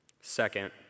Second